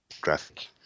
graphic